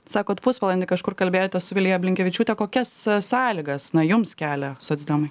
sakot pusvalandį kažkur kalbėjotės su vilija blinkevičiūte kokias sąlygas na jums kelia socdemai